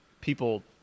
people